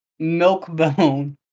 Milkbone